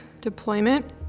deployment